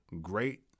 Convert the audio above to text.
great